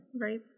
Right